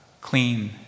clean